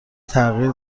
تغییر